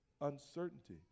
uncertainty